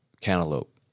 cantaloupe